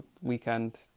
weekend